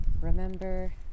remember